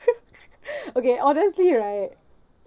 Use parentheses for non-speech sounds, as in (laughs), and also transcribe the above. (laughs) (breath) okay honestly right